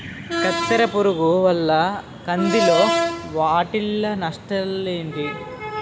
కత్తెర పురుగు వల్ల కంది లో వాటిల్ల నష్టాలు ఏంటి